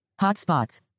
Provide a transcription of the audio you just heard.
Hotspots